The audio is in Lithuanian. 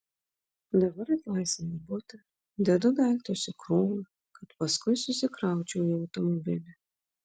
dabar atlaisvinu butą dedu daiktus į krūvą kad paskui susikraučiau į automobilį